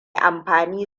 amfani